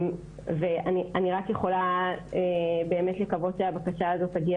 אני רק יכולה לקוות שהבקשה הזאת תגיע